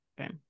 Okay